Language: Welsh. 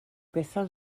bethan